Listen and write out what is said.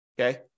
okay